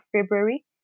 February